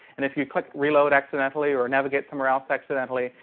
and if you click reload accidentally or navigate somewhere else accidentally,